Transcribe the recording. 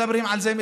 מדברים על זה,